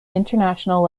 international